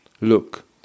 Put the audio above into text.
Look